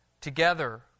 together